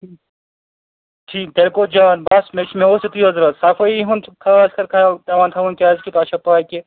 ٹھیک تیٚلہِ گوٚو جان بس مےٚ چھِ مےٚ اوس یِتُے یوت ضرورت صفٲیی ہُنٛد چھُ خاص کر خیال پیٚوان تھاوُن کیازِکہِ تۄہہِ چھو پاے کہِ